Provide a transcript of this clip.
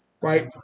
right